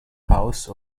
house